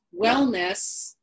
wellness